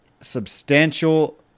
substantial